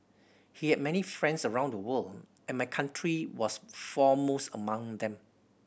he had many friends around the world and my country was foremost among them